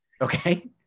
Okay